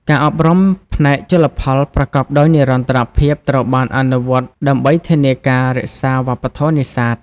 ការអប់រំ ផ្នែកជលផលប្រកបដោយនិរន្តរភាពត្រូវបានអនុវត្តដើម្បីធានាការរក្សាវប្បធម៌នេសាទ។